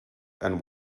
and